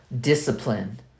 discipline